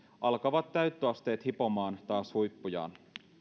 alkavat täyttöasteet hipomaan taas huippujaan